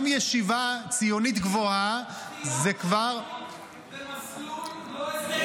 גם ישיבה ציונית גבוהה זה כבר --- דחיית שירות במסלול לא הסדר,